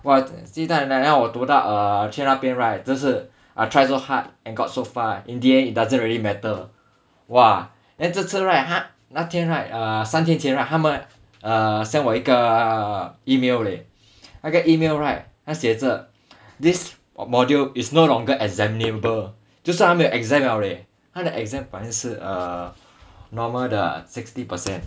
!wah! 鸡蛋奶奶我读到 err 去那边 right 就是 I tried so hard and got so far in the end it doesn't really matter !wah! then 这次 right 他那天 right 三天前 right 他们 send 我一个 email leh 那个 email right 他写着 this module is no longer examinable 就算他没有 exam liao eh 他的 exam 本来是 err normal 的 sixty percent